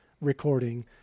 recording